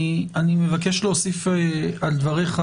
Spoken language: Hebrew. אני מבקש להוסיף על דבריך,